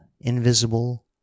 invisible